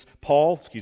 Paul